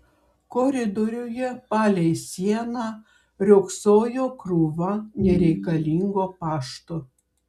koridoriuje palei sieną riogsojo krūva nereikalingo pašto